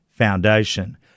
foundation